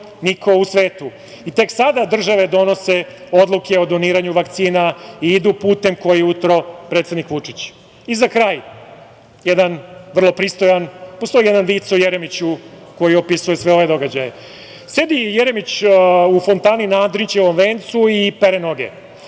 niko u svetu, tek sada države donose odluke o doniranju vakcina i idu putem koji je utro predsednik Vučić.I za kraj, jedan vrlo pristojan, postoji jedan vic o Jeremiću koji opisuje sve ove događaje. Sedi Jeremić u fontani na Andrićevom vencu i pere noge,